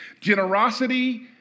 generosity